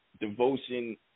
devotion